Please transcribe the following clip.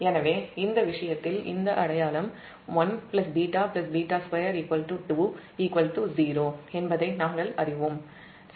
எனவே இந்த விஷயத்தில் 1β β2 0 என்பதை நாம் அறிவோம்